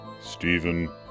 Stephen